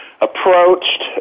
approached